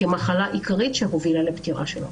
כמחלה העיקרית שהובילה לפטירה שלו.